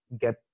get